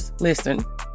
Listen